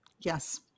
Yes